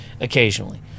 occasionally